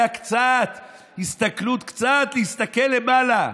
הייתה הסתכלות קצת למעלה.